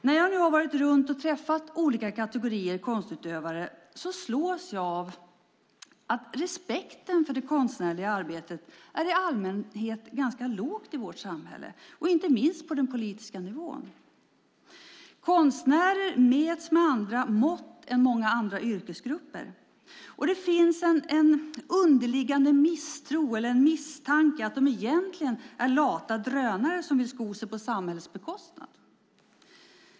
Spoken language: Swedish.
När jag nu har varit runt och träffat olika kategorier konstutövare slås jag av att respekten för det konstnärliga arbetet i allmänhet är ganska låg i vårt samhälle, inte minst på den politiska nivån. Konstnärer mäts med andra mått än många andra yrkesgrupper. Det finns en underliggande misstro eller misstanke om att de egentligen är lata drönare som vill sko sig på samhällets bekostnad.